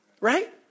Right